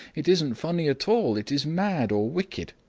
it isn't funny at all it is mad, or wicked.